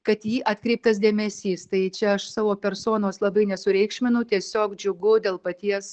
kad į jį atkreiptas dėmesys tai čia aš savo personos labai nesureikšminu tiesiog džiugu dėl paties